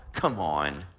come on.